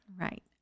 Right